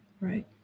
Right